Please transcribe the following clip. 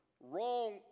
wrong